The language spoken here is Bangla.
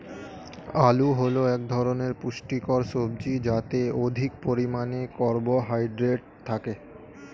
আলু হল এক ধরনের পুষ্টিকর সবজি যাতে অধিক পরিমাণে কার্বোহাইড্রেট থাকে